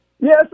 Yes